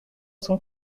son